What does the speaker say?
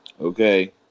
Okay